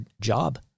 job